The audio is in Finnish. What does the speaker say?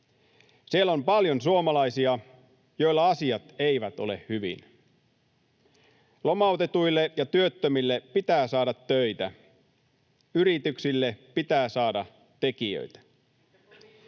Siellä on paljon suomalaisia, joilla asiat eivät ole hyvin. Lomautetuille ja työttömille pitää saada töitä. Yrityksille pitää saada tekijöitä.